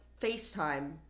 FaceTime